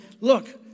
look